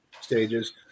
stages